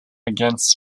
against